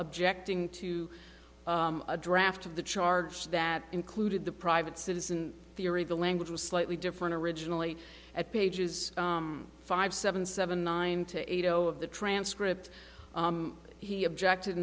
objecting to a draft of the charge that included the private citizen theory the language was slightly different originally at pages five seven seven ninety eight zero of the transcript he objected